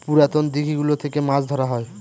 পুরাতন দিঘি গুলো থেকে মাছ ধরা হয়